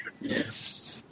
Yes